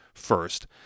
first